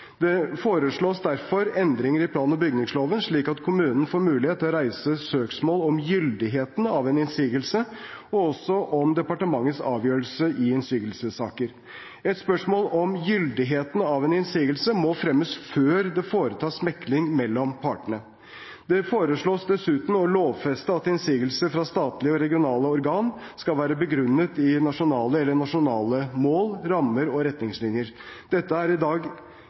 Det foreslås derfor endringer i plan- og bygningsloven, slik at kommunen får mulighet til å reise søksmål om gyldigheten av en innsigelse, og også om departementets avgjørelse i innsigelsessaker. Et søksmål om gyldigheten av en innsigelse må fremmes før det foretas mekling mellom partene. Det foreslås dessuten å lovfeste at innsigelser fra statlig og regionalt organ skal være begrunnet i nasjonale eller regionale mål, rammer og retningslinjer. Dette er i dag